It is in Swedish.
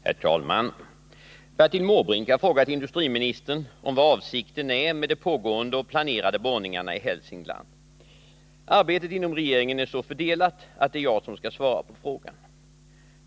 Herr talman! Bertil Måbrink har frågat industriministern om vad avsikten är med de pågående och planerade borrningarna i Hälsingland. Arbetet inom regeringen är så fördelat att det är jag som skall svara på frågan.